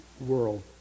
world